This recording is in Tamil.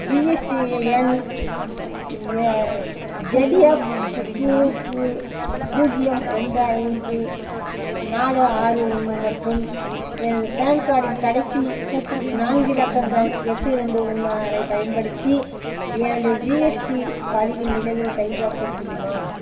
ஜிஎஸ்டிஐஎன் ய ஜட்எஃப்க்யூக்யூ பூஜ்ஜியம் ரெண்டு ஐந்து நாலு ஆறு ஒன்று மற்றும் எனது ஃபேன் கார்டின் கடைசி நான்கு இலக்கங்கள் எட்டு ரெண்டு ஒன்று ஆறை பயன்படுத்தி எனது ஜிஎஸ்டி பதிவின் நிலையை சரிபார்க்க முடியுமா